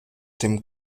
dem